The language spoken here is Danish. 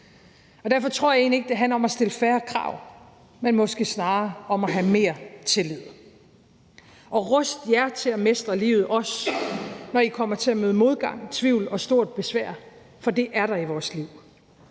Derfor tror jeg egentlig ikke, at det handler om at stille færre krav, men måske snarere om at have mere tillid og ruste jer til at mestre livet, også når I kommer til at møde modgang, tvivl og stort besvær, for det er der i vores liv.